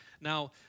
Now